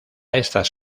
estas